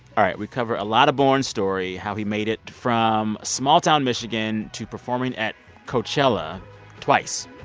all right, we cover a lot of borns' story how he made it from small-town michigan to performing at coachella twice.